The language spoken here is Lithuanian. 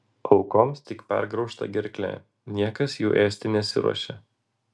aukoms tik pergraužta gerklė niekas jų ėsti nesiruošė